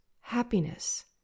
happiness